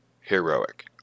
heroic